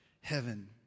heaven